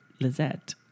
Lizette